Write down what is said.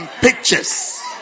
pictures